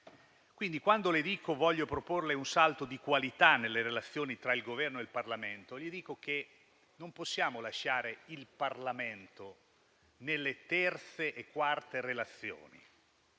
Paese. Quando dico che voglio proporle un salto di qualità nelle relazioni tra Governo e Parlamento, intendo che non possiamo lasciare il Parlamento nelle terze e quarte relazioni.